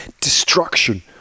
destruction